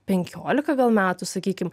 penkiolika gal metų sakykim